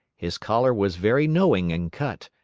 his collar was very knowing in cut,